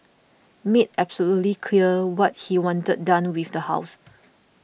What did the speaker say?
made absolutely clear what he wanted done with the house